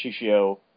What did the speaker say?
Shishio